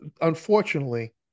unfortunately